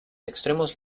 extremos